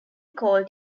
called